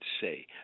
say